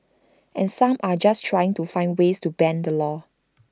and some are just trying to find ways to bend the law